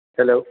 hello